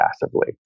passively